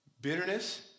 bitterness